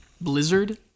Blizzard